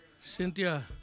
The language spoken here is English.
Cynthia